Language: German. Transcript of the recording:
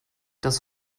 das